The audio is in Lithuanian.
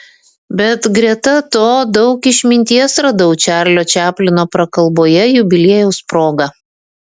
bet greta to daug išminties radau čarlio čaplino prakalboje jubiliejaus proga